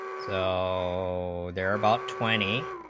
so their about twenty